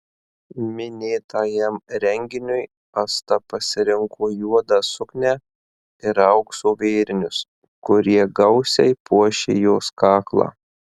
minėtajam renginiui asta pasirinko juodą suknią ir aukso vėrinius kurie gausiai puošė jos kaklą